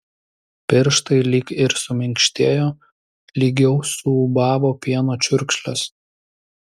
pirštai lyg ir suminkštėjo lygiau suūbavo pieno čiurkšlės